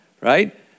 right